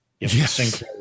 Yes